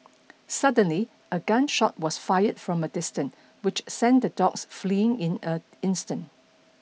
suddenly a gun shot was fired from a distant which sent the dogs fleeing in a instant